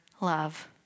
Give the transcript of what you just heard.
love